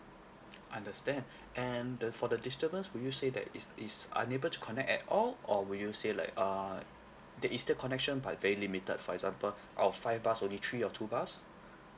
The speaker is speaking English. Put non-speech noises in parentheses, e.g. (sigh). (noise) understand and the for the disturbance would you say that is is unable to connect at all or would you say like uh there is still connection but very limited for example out of five bars only three or two bars